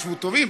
ישבו תובעים,